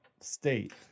state